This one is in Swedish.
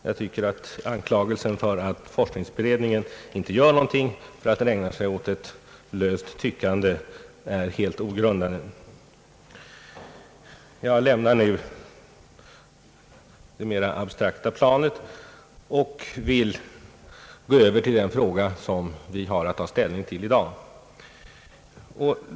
Jag tycker att anklagelsen för att forsk ningsberedningen inte gör någonting utan ägnar sig åt löst tyckande är helt ogrundad. Jag lämnar nu det mera abstrakta planet och vill gå över till den fråga som vi har att ta ställning till i dag.